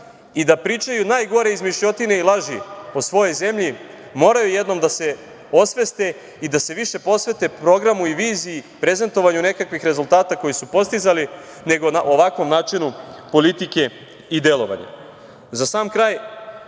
i da pričaju najgore izmišljotine i laži o svojoj zemlji, moraju jednom da se osveste i da se više posvete programu i viziji, prezentovanju nekakvih rezultata koje su postizali, nego na ovakvom načinu politike i delovanja.Za sam kraj,